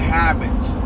habits